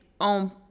on